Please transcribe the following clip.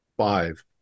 five